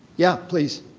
yeah, please.